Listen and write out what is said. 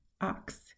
ox